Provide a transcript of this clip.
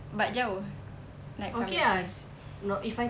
but jauh naik public bus